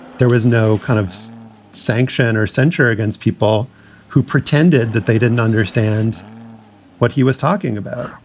there was no kind of sanction or censure against people who pretended that they didn't understand what he was talking about.